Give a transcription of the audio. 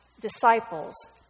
disciples